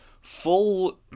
full